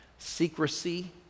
secrecy